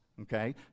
okay